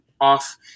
off